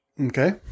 Okay